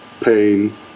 pain